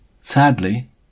Sadly